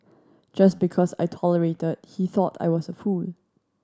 just because I tolerated he thought I was a fool